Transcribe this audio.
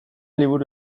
liburu